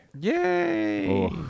Yay